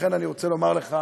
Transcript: לכן, אני רוצה לומר לך,